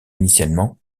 initialement